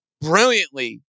brilliantly